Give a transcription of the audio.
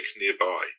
nearby